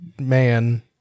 man